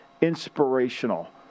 inspirational